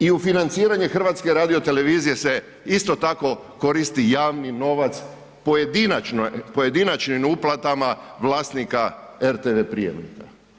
I u financiranje HRT-a se isto tako koristi javni novac pojedinačnim uplatama vlasnika RTV prijamnika.